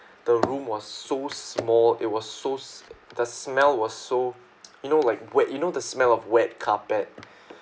the room was so small it was so the smell was so you know like wet~ you know the smell of wet carpet